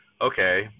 okay